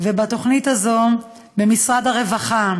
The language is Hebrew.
לתוכנית הזאת, ממשרד הרווחה.